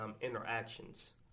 interactions